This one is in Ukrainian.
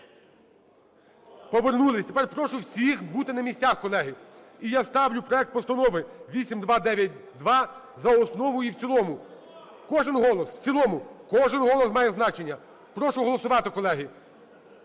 Повернулись. Тепер прошу всіх бути на місцях, колеги. І я ставлю проект постанови 8292 за основу і в цілому. Кожен голос. В цілому. Кожен голос має значення. Прошу голосувати, колеги.